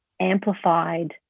amplified